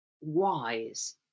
wise